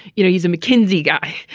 you know he's a mckinsey guy.